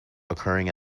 occurring